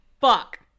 Fuck